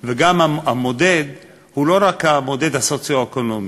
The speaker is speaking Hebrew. והמודד הוא לא רק המודד הסוציו-אקונומי,